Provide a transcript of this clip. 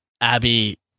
Abby